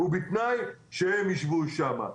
ובתנאי שהם ישבו שם.